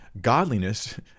Godliness